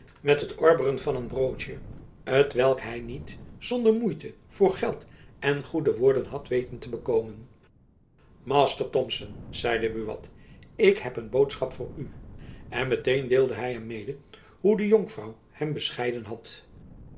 met het orberen van een broodtjen t welk hy niet zonder moeite voor geld en goede woorden had weten te bekomen master thomson zeide buat ik heb een boodschap voor u en met-een deelde hy hem mede hoe de jonkvrouw hem bescheiden had